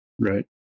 Right